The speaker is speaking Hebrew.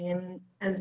אז